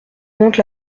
monte